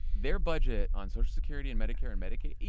their budget on social security and medicare and medicaid.